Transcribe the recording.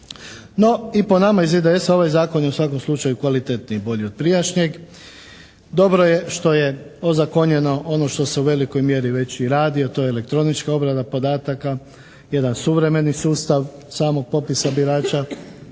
No i po nama iz IDS-a ovaj zakon je u svakom slučaju kvalitetniji, bolji od prijašnjeg. Dobro je što je ozakonjeno ono što se u velikoj mjeri već i radi, a to je elektronička obrada podataka. Jedan suvremeni sustav samog popisa birača